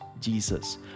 Jesus